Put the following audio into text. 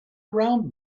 around